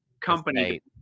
company –